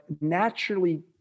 naturally